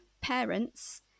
parents